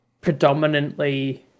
predominantly